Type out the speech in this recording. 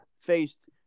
faced